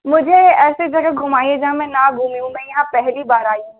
मुझे ऐसी जगह घुमाइए जहाँ मैं ना घूमी हूँ मैं यहाँ पहली बार आई हूँ